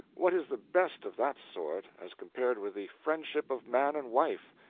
what is the best of that sort, as compared with the friendship of man and wife,